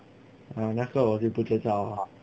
uh 那个我就不知道